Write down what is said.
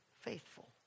faithful